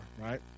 right